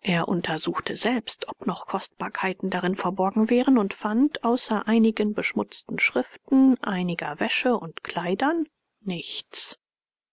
er untersuchte selbst ob noch kostbarkeiten darin verborgen wären und fand außer einigen beschmutzten schriften einiger wäsche und kleidern nichts